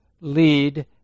lead